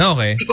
Okay